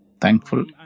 thankful